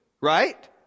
right